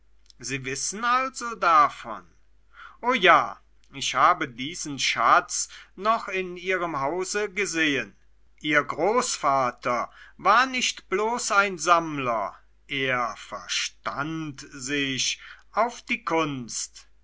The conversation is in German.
sie wissen also davon o ja ich habe diesen schatz noch in ihrem hause gesehen ihr großvater war nicht bloß ein sammler er verstand sich auf die kunst